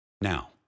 Now